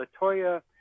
Latoya